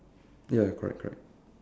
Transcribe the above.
ya correct correct